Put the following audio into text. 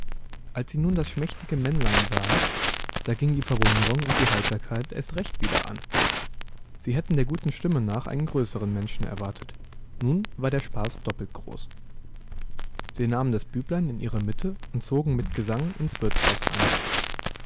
als sie nun das schmächtige männlein sahen da ging die verwunderung und die heiterkeit erst recht wieder an sie hätten der guten stimme nach einen größeren menschen erwartet nun war der spaß doppelt groß sie nahmen das büblein in ihre mitte und zogen mit gesang ins wirtshaus ein